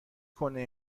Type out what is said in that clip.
کنه